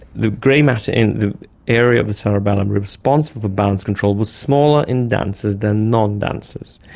the grey matter in the area of the cerebellum responsible for balance control was smaller in dancers than non-dancers.